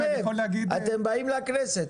אתם באים לכנסת.